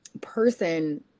person